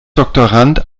doktorand